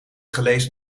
gelezen